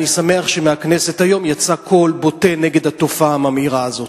אני שמח שמהכנסת היום יצא קול בוטה נגד התופעה הממאירה הזאת.